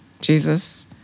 Jesus